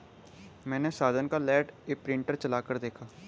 मैने साजन का land imprinter चलाकर देखा है